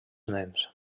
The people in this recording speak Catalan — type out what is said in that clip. nens